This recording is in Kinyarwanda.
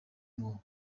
ngo